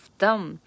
dumb